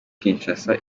kinshasa